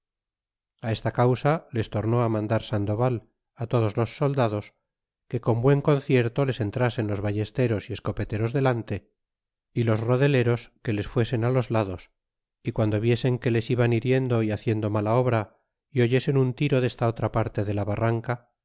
ellos esta causa les tornó maridar sandoval á todos los soldados que con buen concierto les entrasen los ballesteros y escopeteros delante y los rodeleros que les fuesen los lados y guando viesen que les iban hiriendo y haciendo mala obra y oyesen un tiro desta otra parte de la barranca